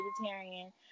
vegetarian